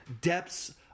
depths